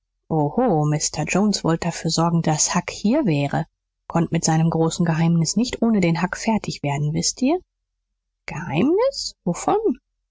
mr jones wollte dafür sorgen daß huck hier wäre konnt mit seinem großen geheimnis nicht ohne den huck fertig werden wißt ihr geheimnis wovon